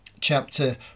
chapter